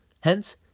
Hence